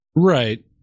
right